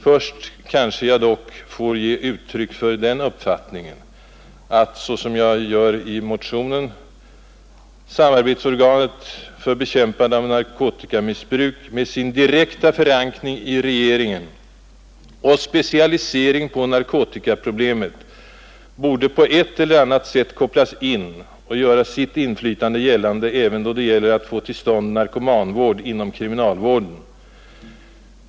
Först kanske jag dock får ge uttryck för den uppfattningen, liksom jag gjorde i motionen, att samarbetsorganet för bekämpande av narkotikamissbruk med sin direkta förankring i regeringen och specialisering på narkotikaproblemet borde på ett eller annat sätt kopplas in och göra sitt inflytande gällande även då det gäller att få till stånd narkomanvård inom kriminalvården.